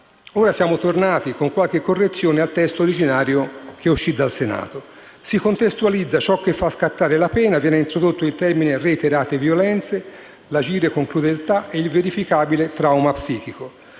Ora siamo tornati, con qualche correzione, al testo originario uscito dal Senato. Si contestualizza ciò che fa scattare la pena; viene introdotta l'espressione «reiterate violenze», l'agire «con crudeltà» e il «verificabile trauma psichico».